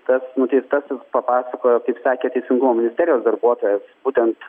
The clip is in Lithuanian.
tas nuteistasis papasakojo kaip sakė teisingumo ministerijos darbuotojas būtent